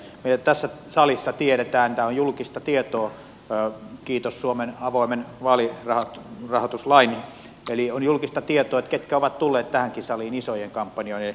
me tässä salissa tiedämme tämä on julkista tietoa kiitos suomen avoimen vaalirahoituslain ketkä ovat tulleet tähänkin saliin isojen kampanjoiden kautta